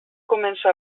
començo